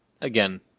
again